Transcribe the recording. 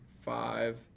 five